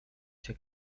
cię